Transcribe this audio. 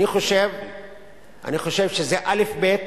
אני חושב שזה אלף-בית,